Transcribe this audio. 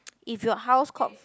if your house caught